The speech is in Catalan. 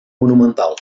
monumental